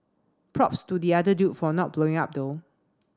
props to the other dude for not blowing up though